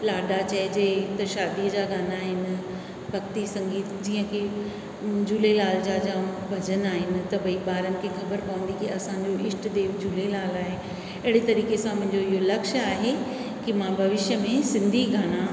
लाॾा चइजे शादी जा गाना आहिनि भक्ती संगीत जीअं की झूलेलाल जा भॼन आहिनि त भई ॿारनि खे ख़बतु पवंदी की असांजो ईष्ट देव झूलेलाल आहे अहिड़े तरीक़े सां मुंहिंजो इहो लक्ष्य आहे की मां भविष्य में सिंधी गाना